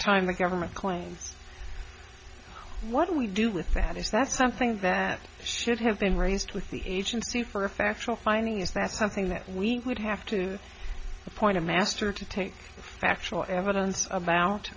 time the government claims what do we do with that is that's something that should have been raised with the agency for a factual finding is that something that we would have to appoint a master to take factual evidence about